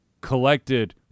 collected